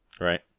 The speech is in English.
Right